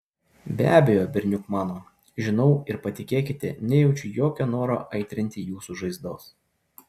be abejo berniuk mano žinau ir patikėkite nejaučiu jokio noro aitrinti jūsų žaizdos